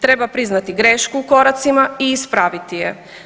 Treba priznati grešku u koracima i ispraviti je.